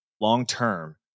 long-term